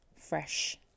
fresh